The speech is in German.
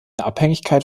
abhängigkeit